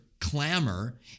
clamor